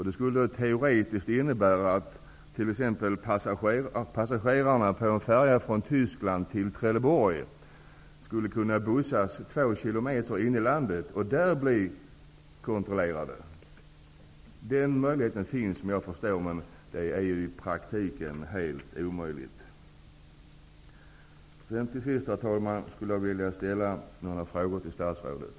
Det skulle teoretiskt innebära att t.ex. passagerarna på en färja från Tyskland till Trelleborg skulle kunna bussas två kilometer in i landet och där bli kontrollerade. Såvitt jag förstår finns denna möjlighet. Men i praktiken är detta helt omöjligt. Till sist, herr talman, skulle jag vilja ställa några frågor till statsrådet.